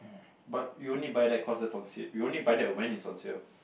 but we only buy that cause it's on sale we only buy that when it's on sale